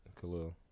Khalil